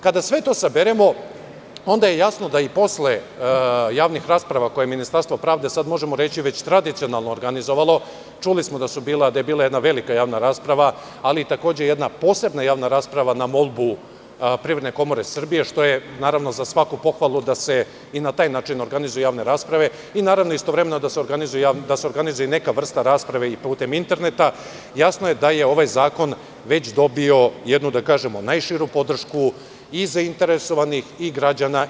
Kada sve to saberemo, onda je jasno da i posle javnih rasprava koje Ministarstvo pravde, sada možemo reći već tradicionalnoorganizovalo, čuli smo da je bila jedna velika javna rasprava, ali takođe jedna posebna javna rasprava na molbu Privredne komore Srbije, što je naravno za svaku pohvalu da se i na taj način organizuju javne rasprave, i naravno istovremeno da se organizuje neka vrsta rasprave i putem interneta, jasno je da je ovaj zakon već dobio jednu najširu podršku i zainteresovanih i građana.